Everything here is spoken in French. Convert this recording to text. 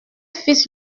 fils